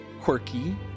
quirky